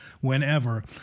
whenever